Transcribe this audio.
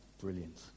Brilliant